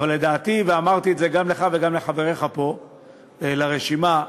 אבל לדעתי ואמרתי את זה גם לך וגם לחבריך לרשימה פה,